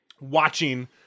watching